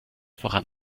voran